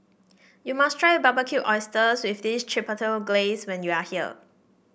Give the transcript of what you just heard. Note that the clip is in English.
you must try Barbecue Oysters with Chipotle Glaze when you are here